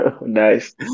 Nice